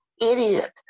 idiot